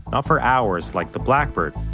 not for hours like the blackbird.